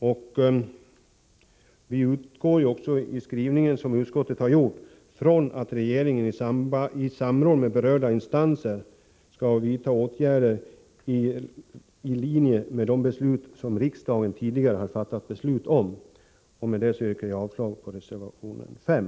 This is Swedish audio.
I skrivningen har vi också framhållit att utskottet utgår från att regeringen i samråd med berörda instanser skall vidta åtgärder i linje med de beslut som riksdagen tidigare har fattat. Med detta yrkar jag avslag på reservation 5.